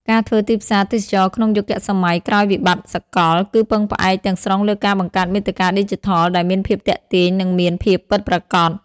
ការធ្វើទីផ្សារទេសចរណ៍ក្នុងយុគសម័យក្រោយវិបត្តិសកល គឺពឹងផ្អែកទាំងស្រុងលើការបង្កើតមាតិកាឌីជីថលដែលមានភាពទាក់ទាញ និងមានភាពពិតប្រាកដ។